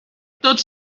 tot